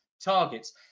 targets